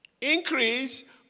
Increase